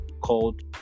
called